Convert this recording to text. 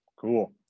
Cool